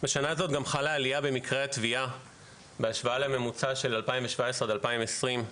בשנה הזאת גם חלה עלייה במקרי הטביעה בהשוואה לממוצע של 2017 עד 2020,